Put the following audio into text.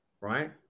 Right